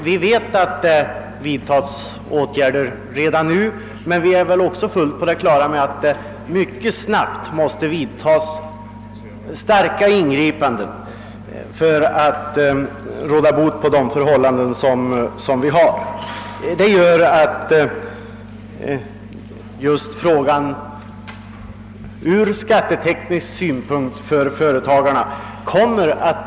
Vi vet att det vidtas åtgärder redan nu, men vi är väl också fullt på det klara med att det mycket snabbt måste göras kraftiga ingripanden för att råda bot på de förhållanden som vi har. Detta gör att frågan ur skatteteknisk synpunkt kommer att bli högaktuell för företagarna.